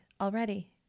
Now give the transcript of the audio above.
already